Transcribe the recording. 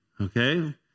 okay